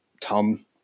Tom